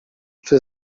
czy